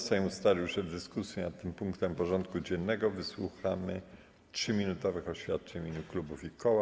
Sejm ustalił, że w dyskusji nad tym punktem porządku dziennego wysłucha 3-minutowych oświadczeń w imieniu klubów i koła.